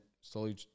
slowly